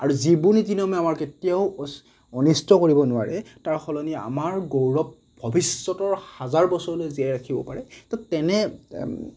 আৰু যিবোৰ নীতি নিয়মে আমাৰ কেতিয়াও অচ অনিষ্ট কৰিব নোৱাৰে তাৰ সলনি আমাৰ গৌৰৱ ভৱিষ্যতৰ হাজাৰ বছৰলৈ জীয়াই ৰাখিব পাৰে তো তেনে